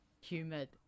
humid